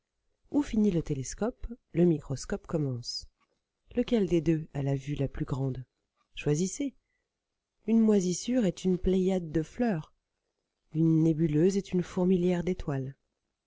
où finit le télescope le microscope commence lequel des deux a la vue la plus grande choisissez une moisissure est une pléiade de fleurs une nébuleuse est une fourmilière d'étoiles